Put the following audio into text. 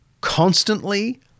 constantly